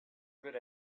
good